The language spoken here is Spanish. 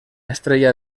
estrella